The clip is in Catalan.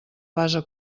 base